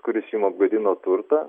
kuris jum apgadino turtą